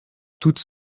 toutes